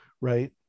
Right